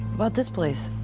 but this place.